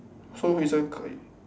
so is a 可以